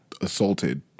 assaulted